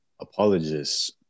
apologists